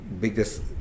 biggest